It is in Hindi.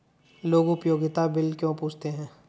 लोग उपयोगिता बिल क्यों पूछते हैं?